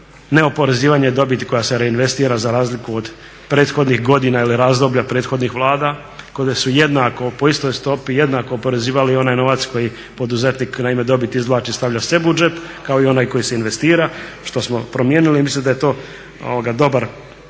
neoporezivanja dobiti koja se reinvestira za razliku od prethodnih godina ili razdoblja prethodnih Vlada kao da su jednako, po istoj stopi, jednako oporezivali i onaj novac koji poduzetnik naime dobit izvlači i stavlja sebi u džep, kao i onaj koji se investira, što smo promijenili. I mislim da je to dobar